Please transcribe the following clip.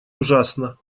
ужасно